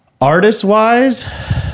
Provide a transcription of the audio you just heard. Artist-wise